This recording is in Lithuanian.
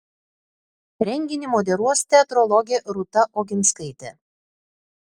renginį moderuos teatrologė rūta oginskaitė